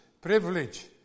privilege